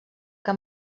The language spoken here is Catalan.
que